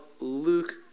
Luke